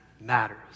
matters